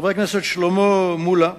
חבר הכנסת שלמה מולה,